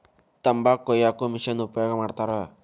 ತಂಬಾಕ ಕೊಯ್ಯಾಕು ಮಿಶೆನ್ ಉಪಯೋಗ ಮಾಡತಾರ